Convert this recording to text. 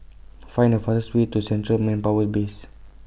Find The fastest Way to Central Manpower Base